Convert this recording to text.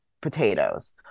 potatoes